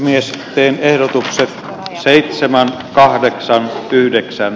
myös teen ehdotuksesta seitsemän kahdeksan yhdeksän